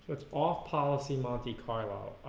it's off policy monte carlo?